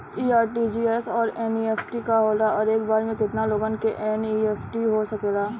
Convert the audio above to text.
इ आर.टी.जी.एस और एन.ई.एफ.टी का होला और एक बार में केतना लोगन के एन.ई.एफ.टी हो सकेला?